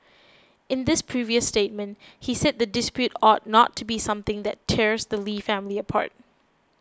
in this previous statement he said the dispute ought not to be something that tears the Lee family apart